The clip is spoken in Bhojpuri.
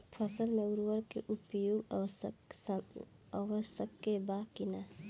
फसल में उर्वरक के उपयोग आवश्यक बा कि न?